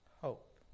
Hope